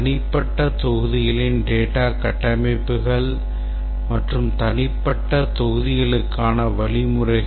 தனிப்பட்ட தொகுதிகளின் data கட்டமைப்புகள் மற்றும் தனிப்பட்ட தொகுதிகளுக்கான வழிமுறைகள்